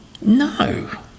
No